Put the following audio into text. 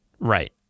Right